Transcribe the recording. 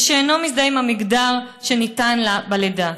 ושאינו מזדהה עם המגדר שניתן לו בלידה.